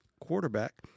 quarterback